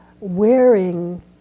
wearing